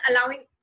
allowing